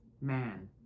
man